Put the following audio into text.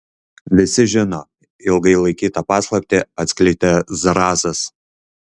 visi žinojo ilgai laikytą paslaptį atskleidė zrazas